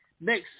next